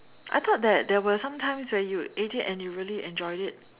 I thought that there were some times where you ate it and you really enjoyed it